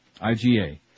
IGA